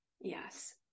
Yes